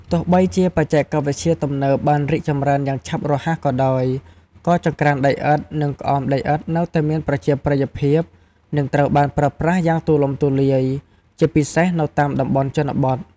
ទោះបីជាបច្ចេកវិទ្យាទំនើបបានរីកចម្រើនយ៉ាងឆាប់រហ័សក៏ដោយ ក៏ចង្ក្រានដីឥដ្ឋ និងក្អមដីឥដ្ឋនៅតែមានប្រជាប្រិយភាព និងត្រូវបានប្រើប្រាស់យ៉ាងទូលំទូលាយ ជាពិសេសនៅតាមតំបន់ជនបទ។